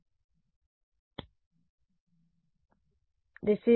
విద్యార్థి 2